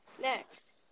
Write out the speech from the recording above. next